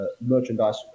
merchandise